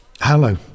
Hello